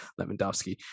Lewandowski